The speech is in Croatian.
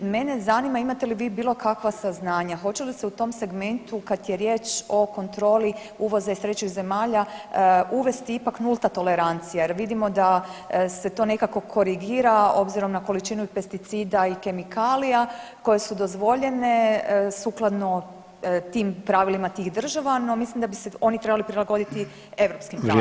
Mene zanima imate li vi bilo kakva saznanja hoće li se u tom segmentu kada je riječ o kontroli uvoza iz trećih zemalja uvesti ipak nulta tolerancija, jer vidimo da se to nekako korigira obzirom i na količinu pesticida i kemikalija koje su dozvoljene sukladno tim pravilima tih država no mislim da bi se oni trebali prilagoditi [[Upadica: Vrijeme.]] europskim pravilima.